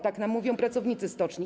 Tak nam mówią pracownicy stoczni.